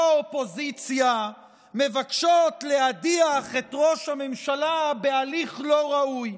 האופוזיציה מבקשות להדיח את ראש הממשלה בהליך לא ראוי,